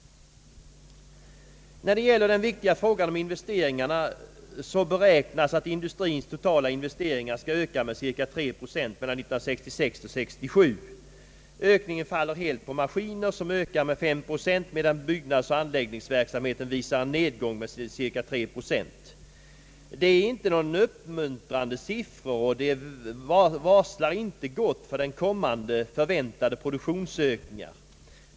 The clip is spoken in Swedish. När det gäller den viktiga frågan om investeringarna beräknas att industriens totala investeringar skall öka med cirka 3 procent mellan åren 1966 och 1967. Ökningen faller helt på maskiner, som ökar med 5 procent, medan byggnadsoch anläggningsverksamheten visar en nedgång med cirka 3 procent. Detta är inte några uppmuntrande siffror, och det varslar inte gott för kommande förväntade produktionsökningar.